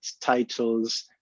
titles